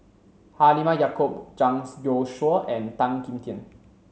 Halimah Yacob Zhang Youshuo and Tan Kim Tian